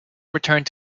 returned